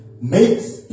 makes